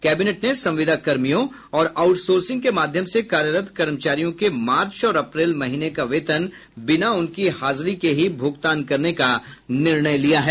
cabinet ने संविदा कर्मियों और आउटसोर्सिंग के माध्यम से कार्यरत कर्मचारियों के मार्च और अप्रैल महीने का वेतन बिना उनकी हाजिरी के ही भुगतान करने का निर्णय लिया है